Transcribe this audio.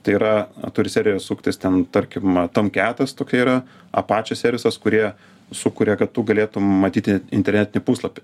tai yra turi serija suktis ten tarkim tonketas tokia yra apačio servisas kurie sukuria kad tu galėtum matyti internetinį puslapį